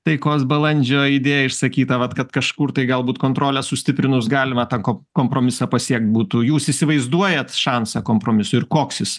taikos balandžio idėja išsakyta vat kad kažkur tai galbūt kontrolę sustiprinus galima tą kom kompromisą pasiekt būtų jūs įsivaizduojat šansą kompromisų ir koks jis